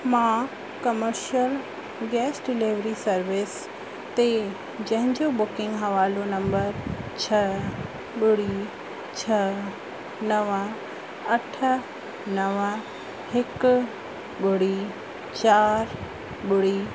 मां commercial gas delivery service ते जंहिंजो बुकिंग हवालो नंबर छह ॿुड़ी छह नव अठ नव हिकु ॿुड़ी चार ॿुड़ी